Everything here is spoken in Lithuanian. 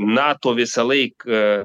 nato visą laik